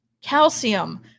Calcium